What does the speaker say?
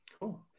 Cool